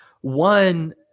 One